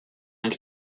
nel